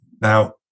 Now